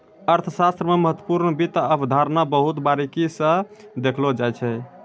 अर्थशास्त्र मे महत्वपूर्ण वित्त अवधारणा बहुत बारीकी स देखलो जाय छै